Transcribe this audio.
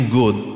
good